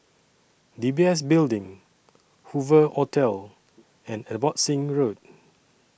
D B S Building Hoover Hotel and Abbotsingh Road